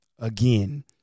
Again